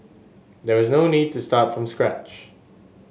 there was no need to start from scratch